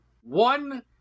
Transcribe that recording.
one